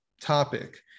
topic